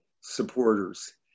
supporters